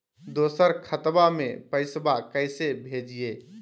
दोसर खतबा में पैसबा कैसे भेजिए?